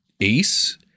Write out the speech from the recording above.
ace